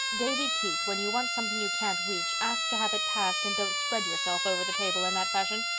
davy keith, when you want something you can't reach, ask to have it passed and don't spread yourself over the table in that fashion.